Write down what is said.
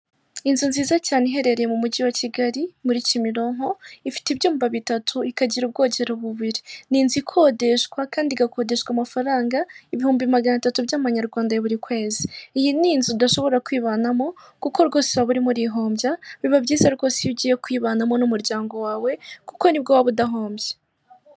Inzu nziza cyane iherereye mu mujyi wa Kigali, muri Kimironko, ifite ibyumba bitatu, ikagira ubwogero bubiri. Ni inzu ikodeshwa kandi igakodeshwa amafaranga ibihumbi magana atatu by'amanyarwanda ya buri kwezi. Iyi ni inzu udashobora kwibanamo, kuko rwose waba urimo urihombya, biba byiza rwose iyo ugiye kuyibanamo n'umuryango wawe, kuko nibwo waba udahombye.